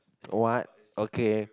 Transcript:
what okay